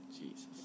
Jesus